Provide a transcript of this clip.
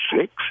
six